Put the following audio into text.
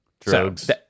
drugs